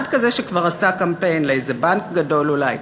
אחד כזה שכבר עשה קמפיין לאיזה בנק גדול אולי.